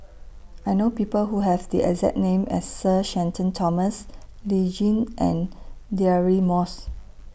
I know People Who Have The exact name as Sir Shenton Thomas Lee Tjin and Deirdre Moss